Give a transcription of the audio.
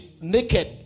naked